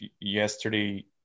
yesterday